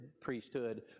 priesthood